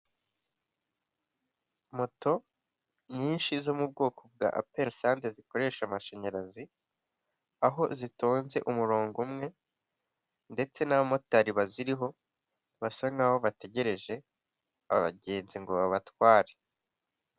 Moto nyinshi zo mu bwoko bwa aperasante zikoresha amashanyarazi, aho zitonze umurongo umwe ndetse n'abamotari baziho, basa nk'aho bategereje abagenzi ngo babatware.